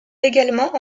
également